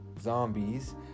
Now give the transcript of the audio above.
zombies